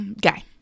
Guy